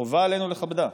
חובה עלינו לכבדה,